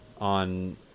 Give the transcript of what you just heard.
on